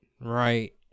right